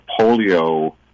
polio